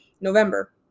November